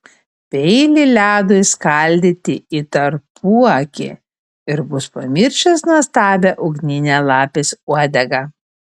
peilį ledui skaldyti į tarpuakį ir bus pamiršęs nuostabią ugninę lapės uodegą